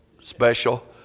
special